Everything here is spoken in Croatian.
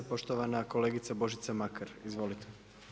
Poštovana kolegica Božica Makar, izvolite.